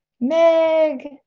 Meg